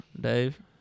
Dave